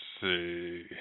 see